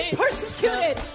persecuted